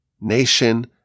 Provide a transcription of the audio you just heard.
nation